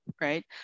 right